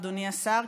אדוני השר,